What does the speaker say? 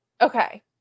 Okay